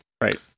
right